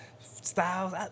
Styles